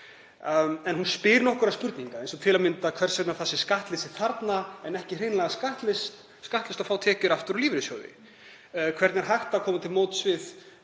En það vakna spurningar eins og til að mynda hvers vegna það sé skattleysi þarna en ekki hreinlega skattlaust að fá tekjur aftur úr lífeyrissjóði. Hvernig er hægt að koma til móts við